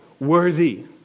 worthy